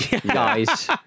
guys